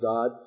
God